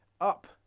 up